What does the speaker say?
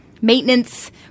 maintenance